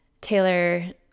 Taylor